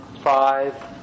five